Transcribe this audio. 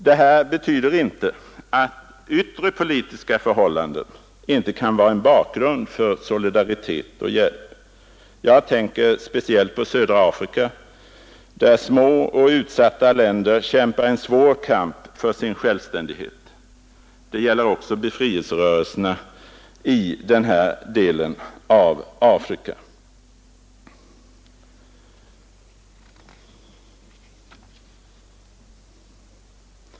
Detta betyder inte att yttre politiska förhållanden inte kan vara en bakgrund för solidaritet och hjälp. Jag tänker speciellt på södra Afrika, där små och utsatta länder kämpar en svår kamp för sin självständighet. Det gäller också befrielserörelserna i denna del av Afrika.